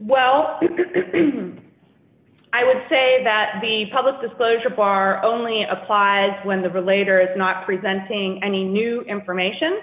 well i would say that the public disclosure bar only applies when the relator is not presenting any new information